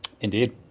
Indeed